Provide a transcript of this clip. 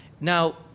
Now